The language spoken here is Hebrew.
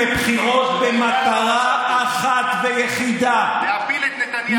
לגבי הרשימה המשותפת והמצביעים הערבים,